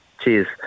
Cheers